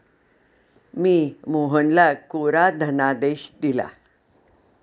मी मोहनला कोरा धनादेश दिला